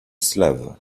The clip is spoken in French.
slave